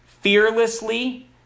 fearlessly